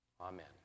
Amen